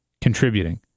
contributing